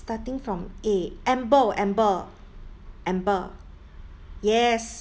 starting from A amble amber amber yes